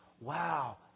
Wow